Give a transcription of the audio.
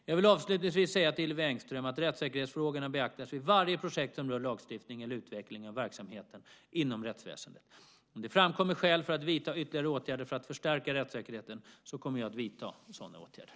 Jag vill avslutningsvis säga till Hillevi Engström att rättssäkerhetsfrågorna beaktas vid varje projekt som rör lagstiftning eller utveckling av verksamheten inom rättsväsendet. Om det framkommer skäl för att vidta ytterligare åtgärder för att förstärka rättssäkerheten kommer jag att vidta sådana åtgärder.